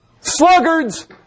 sluggards